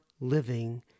living